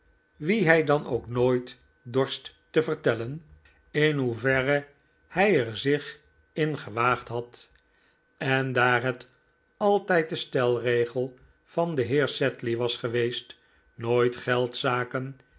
wien hij dan ook nooit dorst te vertellen in hoeverre hij er zich in gewaagd had en daar het altijd de stelregel van den heer sedley was geweest nooit